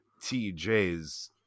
tj's